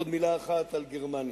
עוד מלה אחת, על גרמניה,